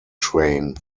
train